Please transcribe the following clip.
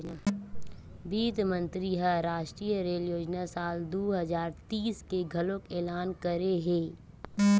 बित्त मंतरी ह रास्टीय रेल योजना साल दू हजार तीस के घलोक एलान करे हे